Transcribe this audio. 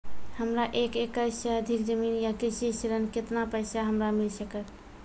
हमरा एक एकरऽ सऽ अधिक जमीन या कृषि ऋण केतना पैसा हमरा मिल सकत?